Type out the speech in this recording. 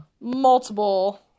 multiple